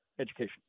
education